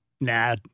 Nah